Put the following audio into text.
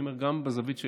אני אומר גם מהזווית של